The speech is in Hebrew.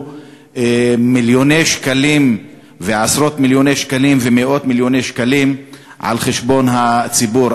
מיליוני שקלים ועשרות-מיליוני שקלים ומאות-מיליוני שקלים על חשבון הציבור.